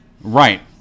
Right